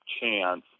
chance